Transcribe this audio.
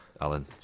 Alan